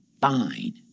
fine